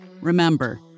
Remember